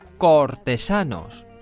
Cortesanos